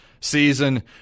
season